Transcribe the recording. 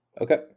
Okay